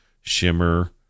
shimmer